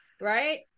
Right